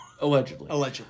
Allegedly